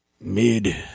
mid